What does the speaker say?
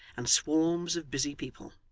and swarms of busy people.